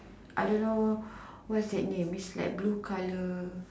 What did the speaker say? I don't know what's that name it's like blue colour